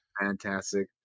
fantastic